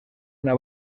una